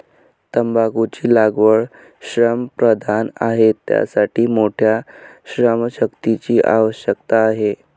तंबाखूची लागवड श्रमप्रधान आहे, त्यासाठी मोठ्या श्रमशक्तीची आवश्यकता आहे